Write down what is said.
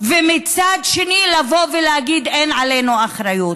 ומצד שני לבוא ולהגיד: אין עלינו אחריות.